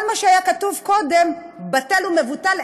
כל מה שהיה כתוב קודם בטל ומבוטל,